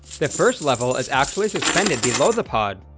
the first level is actually suspended below the pod,